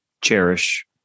cherish